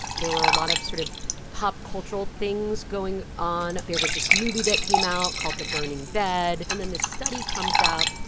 there were a lot of sort of pop cultural things going on. there was this movie that came out called the burning bed. and then this study comes out.